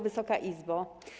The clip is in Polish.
Wysoka Izbo!